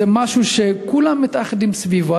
זה משהו שכולם מתאחדים סביבו,